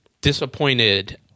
disappointed